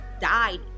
died